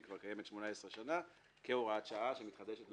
היא כבר קיימת 18 שנה ומתחדשת מדי שנה.